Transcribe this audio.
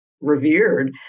revered